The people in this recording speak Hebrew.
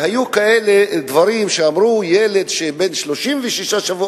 והיו כאלה דברים שאמרו: יילוד שהוא בן 36 שבועות,